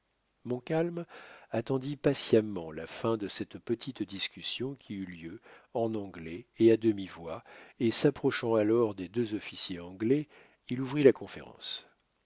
charitable montcalm attendit patiemment la fin de cette petite discussion qui eut lieu en anglais et à demi-voix et s'approchant alors des deux officiers anglais il ouvrit la conférence